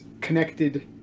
connected